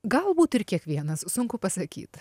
galbūt ir kiekvienas sunku pasakyt